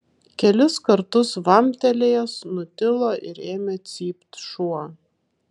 kelis kartus vamptelėjęs nutilo ir ėmė cypt šuo